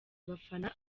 abafana